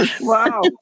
Wow